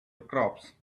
crops